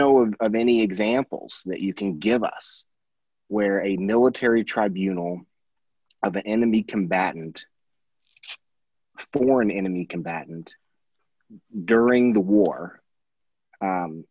know of many examples that you can give us where a military tribunal of an enemy combatant for an enemy combatant during the war